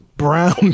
Brown